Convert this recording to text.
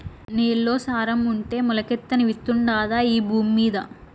నేల్లో సారం ఉంటే మొలకెత్తని విత్తుండాదా ఈ భూమ్మీద